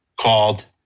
called